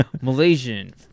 Malaysian